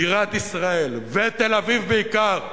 בירת ישראל ובעיקר תל-אביב,